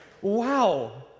Wow